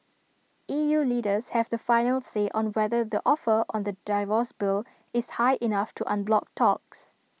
E U leaders have the final say on whether the offer on the divorce bill is high enough to unblock talks